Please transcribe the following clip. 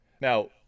Now